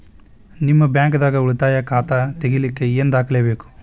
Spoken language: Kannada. ನಿಮ್ಮ ಬ್ಯಾಂಕ್ ದಾಗ್ ಉಳಿತಾಯ ಖಾತಾ ತೆಗಿಲಿಕ್ಕೆ ಏನ್ ದಾಖಲೆ ಬೇಕು?